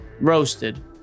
roasted